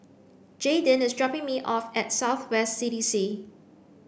Jaydin is dropping me off at South West C D C